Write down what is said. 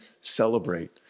celebrate